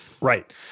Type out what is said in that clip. Right